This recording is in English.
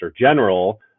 General